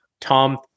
Tom